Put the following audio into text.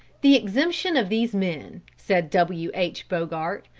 the exemption of these men, said w. h. bogart,